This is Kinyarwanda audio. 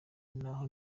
n’aho